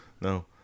No